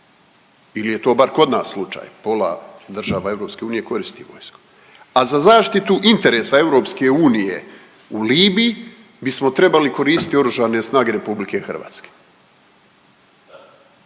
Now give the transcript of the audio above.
ili je to bar kod nas slučaj, pola država EU koristi vojsku, a za zaštitu interesa EU u Libiji bismo trebali koristiti oružane snage RH. Pa jeste